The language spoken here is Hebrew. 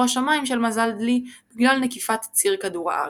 השמיים של מזל דלי בגלל נקיפת ציר כדור הארץ.